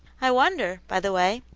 i wonder, by the way,